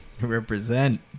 Represent